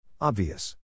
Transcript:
Obvious